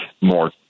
more